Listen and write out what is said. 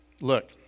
look